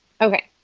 Okay